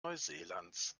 neuseelands